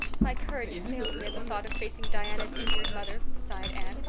my courage fails me at the thought of facing diana's injured mother, sighed anne.